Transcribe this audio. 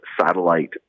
satellite